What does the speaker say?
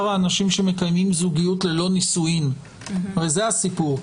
האנשים שמקיימים זוגיות ללא נישואין וזה הסיפור,